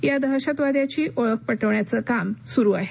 या दहशतवाद्याची ओळख पटवण्याचं काम सुरू आहे